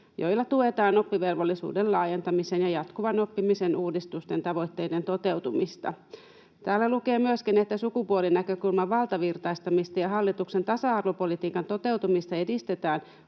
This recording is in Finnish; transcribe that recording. joilla tuetaan oppivelvollisuuden laajentamisen ja jatkuvan oppimisen uudistusten tavoitteiden toteutumista.” Täällä lukee myöskin: ”Sukupuolinäkökulman valtavirtaistamista ja hallituksen tasa-arvopolitiikan toteutumista edistetään